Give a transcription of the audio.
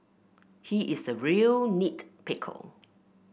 he is a real nit picker